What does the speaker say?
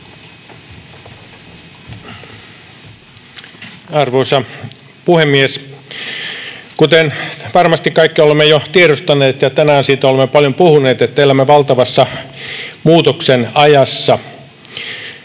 Arvoisa puhemies! Kuten varmasti kaikki olemme jo tiedostaneet, ja tänään siitä olemme paljon puhuneet, elämme valtavan muutoksen ajassa.